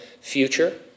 future